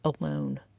alone